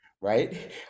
right